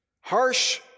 harsh